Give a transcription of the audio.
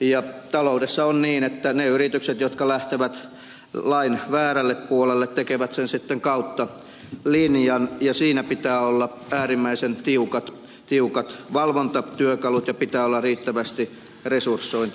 ja taloudessa on niin että ne yritykset jotka lähtevät lain väärälle puolelle tekevät sen sitten kautta linjan ja siinä pitää olla äärimmäisen tiukat valvontatyökalut ja pitää olla riittävästi resursointia